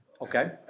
Okay